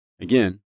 Again